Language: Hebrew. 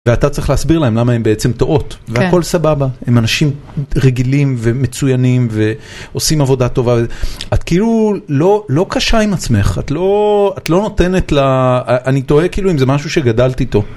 ואתה צריך להסביר להם למה הם בעצם טועות, והכל סבבה, הם אנשים רגילים ומצוינים ועושים עבודה טובה. את כאילו לא קשה עם עצמך, את לא נותנת ל... אני תוהה כאילו אם זה משהו שגדלת איתו.